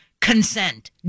consent